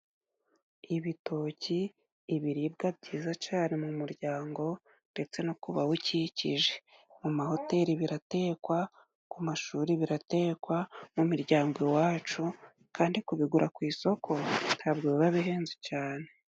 Ibitoki ibiribwa byiza cane mu muryango ndetse no kubawukikije. Mu mahoteli biratekwa, ku mashuri biratekwa ,mu miryango iwacu, kandi kubigura ku isoko ntabwo biba bihenze cyane.